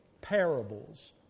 parables